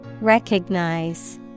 Recognize